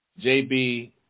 JB